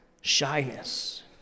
Shyness